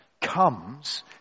comes